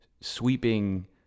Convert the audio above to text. sweeping